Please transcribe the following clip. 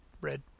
red